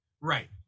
Right